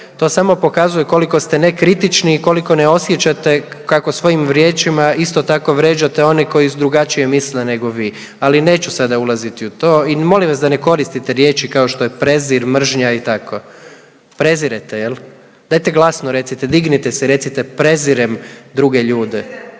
to samo pokazuje koliko ste ne kritični i koliko ne osjećate kako svojim riječima isto tako vređate one koji drugačije misle nego vi. Ali neću sada ulaziti u to i molim vas da ne koristite riječi kao što je prezir, mržnja i tako. prezirete jel, dajte glasno recite dignite se i recite prezirem druge ljude